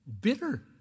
bitter